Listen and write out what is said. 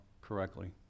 correctly